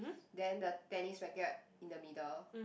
then the tennis racket in the middle